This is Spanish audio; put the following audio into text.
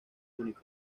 única